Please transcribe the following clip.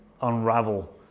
unravel